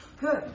good